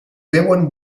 veuen